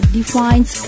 defines